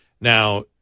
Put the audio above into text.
Now